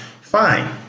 Fine